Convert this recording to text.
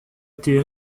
été